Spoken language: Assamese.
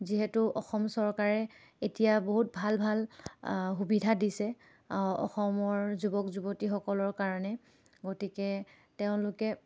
যিহেতু অসম চৰকাৰে এতিয়া বহুত ভাল ভাল সুবিধা দিছে অসমৰ যুৱক যুৱতীসকলৰ কাৰণে গতিকে তেওঁলোকে